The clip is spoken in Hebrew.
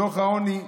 דוח העוני: